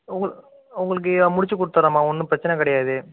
உங்கள் உங்களுக்கு முடித்து கொடுத்தர்றேம்மா ஒன்றும் பிரச்சனை கிடையாது